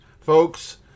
Folks